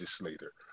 legislator